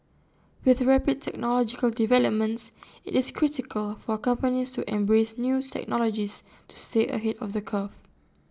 with rapid technological developments IT is critical for companies to embrace new technologies to stay ahead of the curve